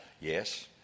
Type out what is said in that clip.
Yes